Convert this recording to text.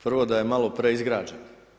Prvo da je malo preizgrađen.